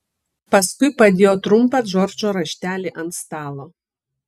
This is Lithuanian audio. paskui padėjo trumpą džordžo raštelį ant stalo